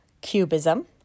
Cubism